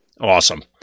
Awesome